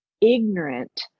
ignorant